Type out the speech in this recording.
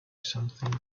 something